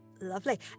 lovely